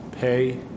Pay